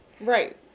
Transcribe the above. Right